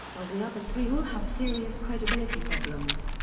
while the other three all have serious credibility problems.